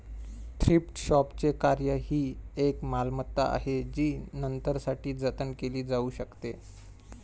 thrift शॉपचे कार्य ही एक मालमत्ता आहे जी नंतरसाठी जतन केली जाऊ शकते